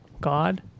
God